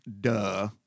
duh